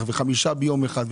ושישה ביום אחד,